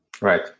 Right